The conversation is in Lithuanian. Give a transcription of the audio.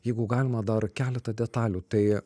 jeigu galima dar keletą detalių tai